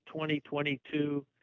2022